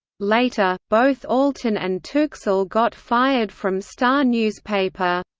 later, both altan and tuksal got fired from star newspaper.